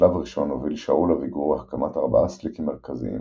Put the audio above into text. בשלב ראשון הוביל שאול אביגור הקמת ארבעה סליקים מרכזיים,